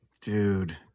dude